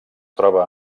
troba